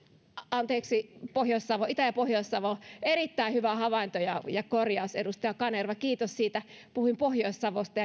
anteeksi itä ja pohjois savo erittäin hyvä havainto ja ja korjaus edustaja kanerva kiitos siitä puhuin pohjois savosta